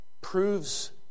proves